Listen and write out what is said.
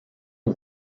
aux